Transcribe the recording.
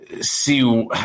see –